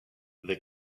the